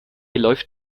läuft